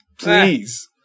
please